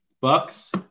Bucks